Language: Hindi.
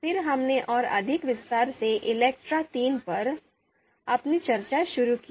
फिर हमने और अधिक विस्तार से ELECTRE III पर अपनी चर्चा शुरू की